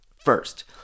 first